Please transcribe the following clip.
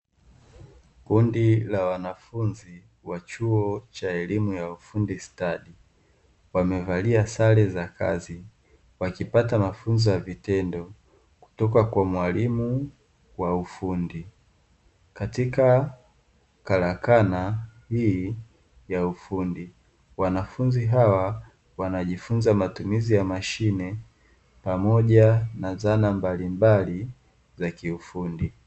Kundi la wanafunzi wa chuo cha elimu ya ufundi stadi, wamevalia sare za kazi wakipata mafunzo ya vitendo kutoka kwa mwalimu wa ufundi katika karakana hii ya ufundi. Wanafunzi hawa wanajifunza matumizi ya mashine pamoja na zana mbalimbali za kiufundi.